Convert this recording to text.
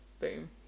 boom